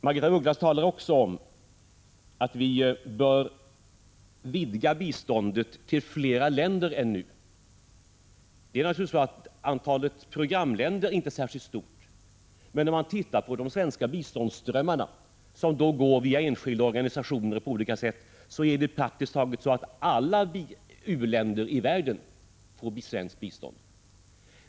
Margaretha af Ugglas talade också om att vi bör vidga biståndet till att omfatta flera länder än nu. Antalet programländer är visserligen inte särskilt stort, men om man ser på de totala svenska biståndsströmmarna, som går via enskilda organisationer och via andra kanaler, finner man att praktiskt taget alla u-länder i världen får svenskt bistånd.